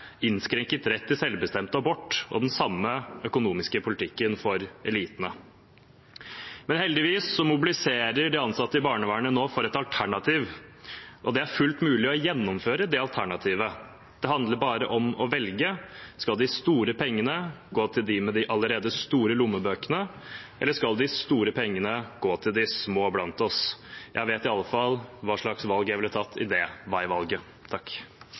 innskrenket rett til selvbestemt abort og den samme økonomiske politikken for elitene. Men heldigvis mobiliserer de ansatte i barnevernet nå for et alternativ, og det er fullt mulig å gjennomføre det alternativet. Det handler bare om å velge: Skal de store pengene gå til dem med allerede store lommebøker, eller skal de store pengene gå til de små blant oss? Jeg vet i alle fall hva slags valg jeg ville tatt i det veivalget.